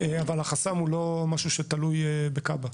אבל החסם הוא לא משהו שתלוי בכב"ה.